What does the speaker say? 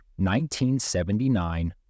1979